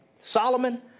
Solomon